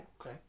Okay